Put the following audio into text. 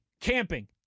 camping